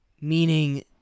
meaning